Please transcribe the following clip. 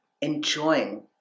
enjoying